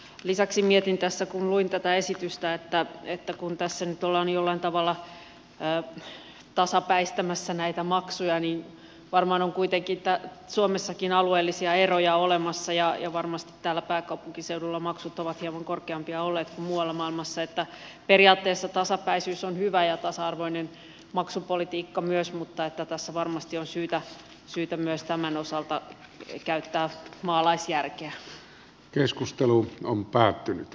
lisäksi mietin tässä kun luin tätä esitystä että kun tässä nyt ollaan jollain tavalla tasapäistämässä näitä maksuja niin varmaan on kuitenkin suomessakin alueellisia eroja olemassa ja varmasti täällä pääkaupunkiseudulla maksut ovat hieman korkeampia olleet kuin muualla maailmassa niin että periaatteessa tasapäisyys on hyvä ja tasa arvoinen maksupolitiikka myös mutta tässä varmasti on syytä myös tämän osalta käyttää maalaisjärkeä